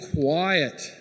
quiet